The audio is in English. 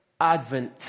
Advent